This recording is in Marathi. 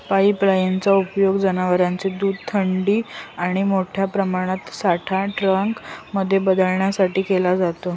पाईपलाईन चा उपयोग जनवरांचे दूध थंडी आणि मोठ्या प्रमाणातील साठा टँक मध्ये बदलण्यासाठी केला जातो